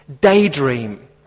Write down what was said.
daydream